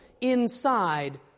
inside